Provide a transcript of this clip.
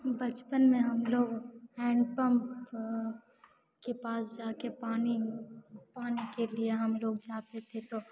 बचपन में हम लोग हैण्ड पम्प के पास जा के पानी पानी के लिए हम लोग जाते थे सो